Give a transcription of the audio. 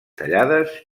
tallades